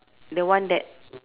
the one that